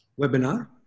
webinar